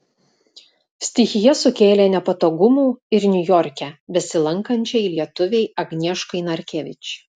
stichija sukėlė nepatogumų ir niujorke besilankančiai lietuvei agnieškai narkevič